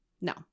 No